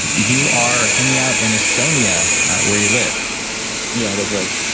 you are hanging out in estonia where you live yeah, that's right